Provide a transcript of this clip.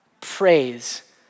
Praise